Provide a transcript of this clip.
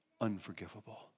unforgivable